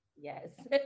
yes